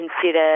consider